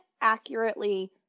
accurately